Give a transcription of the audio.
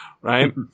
right